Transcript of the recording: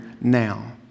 now